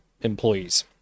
employees